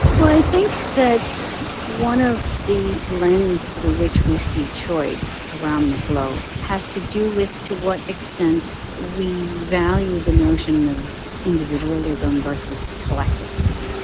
well, i think that one of the lens through which we see choice around the globe has to do with to what extent we value the notion of individualism versus collectivism.